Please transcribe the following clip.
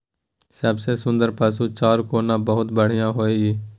सबसे सुन्दर पसु चारा कोन बहुत बढियां होय इ?